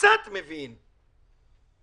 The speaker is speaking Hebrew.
קצת מבין בחשבון,